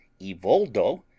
Evoldo